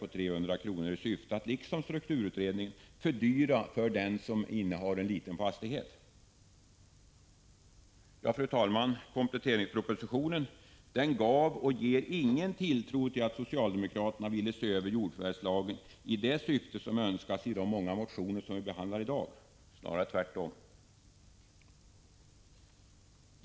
för varje skogsbrukare i syfte att, liksom strukturutredningens förslag, fördyra för den som innehar en liten fastighet. Fru talman! Kompletteringspropositionen gav och ger ingen tilltro till socialdemokraternas vilja att se över jordförvärvslagen i det syfte som önskas i de många motioner som vi behandlar i dag — snarare tvärtom.